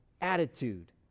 attitude